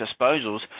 disposals